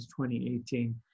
2018